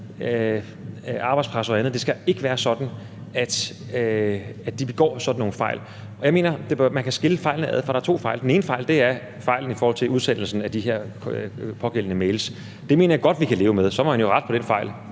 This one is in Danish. arbejdspres og andet begår sådan nogle fejl, og jeg mener, at man kan skille fejlene ad. For der er to fejl. Den ene fejl er sket i forhold til udsendelsen af de her pågældende mails. Det mener jeg godt at vi kan leve med, og så må man jo rette på den fejl.